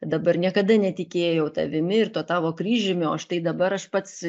dabar niekada netikėjau tavimi ir tuo tavo kryžiumi o štai dabar aš pats